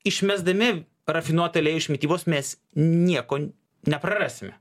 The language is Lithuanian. išmesdami rafinuotą aliejų iš mitybos mes nieko neprarasime